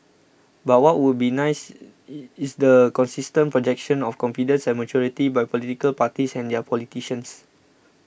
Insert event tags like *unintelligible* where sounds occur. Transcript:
but what would be nice *unintelligible* is the consistent projection of confidence and maturity by political parties and their politicians